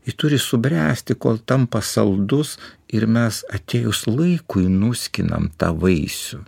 ji turi subręsti kol tampa saldus ir mes atėjus laikui nuskinam tą vaisių